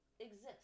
exist